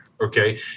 okay